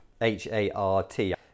H-A-R-T